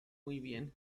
concepción